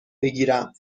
بگیرم